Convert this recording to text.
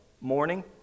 morning